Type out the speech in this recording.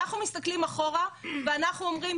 אנחנו מסתכלים אחורה ואנחנו אומרים,